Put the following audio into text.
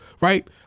right